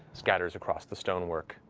scatters across the stonework.